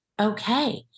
okay